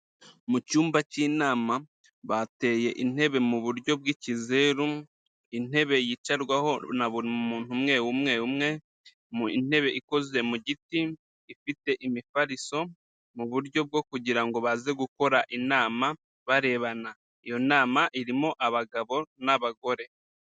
Mu cyumba cy'inama bateye intebe mu buryo bw'ikizeru, intebe yicarwaho na buri muntu umwe umwe umwe, mu ntebe ikoze mu giti, ifite imifariso mu buryo bwo kugira ngo baze gukora inama barebana. Iyo nama irimo abagabo n'abagore.